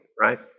right